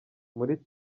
muri